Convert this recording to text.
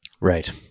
Right